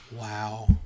Wow